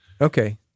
Okay